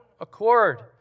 accord